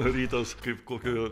rytas kaip kokio